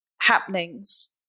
happenings